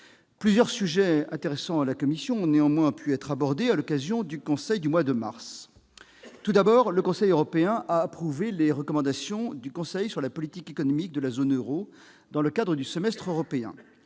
Plusieurs sujets intéressant la commission des finances ont pu toutefois être abordés à l'occasion du Conseil européen du mois de mars. Tout d'abord, celui-ci a approuvé les recommandations du Conseil sur la politique économique de la zone euro dans le cadre du semestre européen.